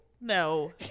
No